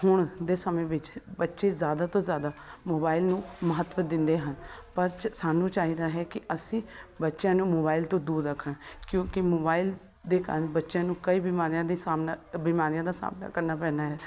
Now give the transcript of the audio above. ਹੁਣ ਦੇ ਸਮੇਂ ਵਿੱਚ ਬੱਚੇ ਜ਼ਿਆਦਾ ਤੋਂ ਜ਼ਿਆਦਾ ਮੋਬਾਇਲ ਨੂੰ ਮਹੱਤਵ ਦਿੰਦੇ ਹਨ ਪਰ ਚ ਸਾਨੂੰ ਚਾਹੀਦਾ ਹੈ ਕਿ ਅਸੀਂ ਬੱਚਿਆਂ ਨੂੰ ਮੋਬਾਇਲ ਤੋਂ ਦੂਰ ਰੱਖਣ ਕਿਉਂਕਿ ਮੋਬਾਇਲ ਦੇ ਕਾਰਨ ਬੱਚਿਆਂ ਨੂੰ ਕਈ ਬਿਮਾਰੀਆਂ ਦੇ ਸਾਹਮਣਾ ਬਿਮਾਰੀਆਂ ਦਾ ਸਾਹਮਣਾ ਕਰਨਾ ਪੈਣਾ ਹੈ